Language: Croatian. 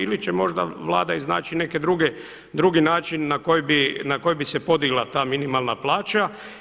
Ili će možda Vlada iznaći neke druge, drugi način na koji bi se podigla ta minimalna plaća?